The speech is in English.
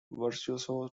virtuoso